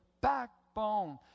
backbone